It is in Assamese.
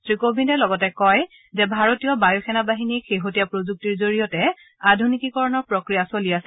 শ্ৰীকোবিন্দে লগতে কয় যে ভাৰতীয় বায়ু সেনা বাহিনীক শেহতীয়া প্ৰযুক্তিৰ জৰিয়তে আধূনিকীকৰণৰ প্ৰক্ৰিয়া চলি আছে